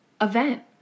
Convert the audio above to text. event